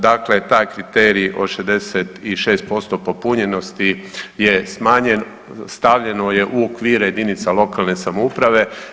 Dakle, taj kriterij od 66% popunjenosti je smanjen, stavljeno je u okvire jedinica lokalne samouprave.